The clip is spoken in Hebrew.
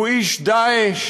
הוא איש "דאעש",